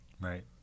Right